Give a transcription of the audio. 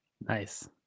Nice